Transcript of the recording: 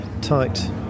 tight